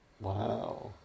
Wow